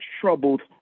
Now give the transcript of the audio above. troubled